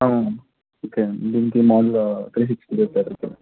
అవును ఓకే దీన్ని మామూలుగా క్రెడిట్స్ లేవు కదా ఇప్పుడు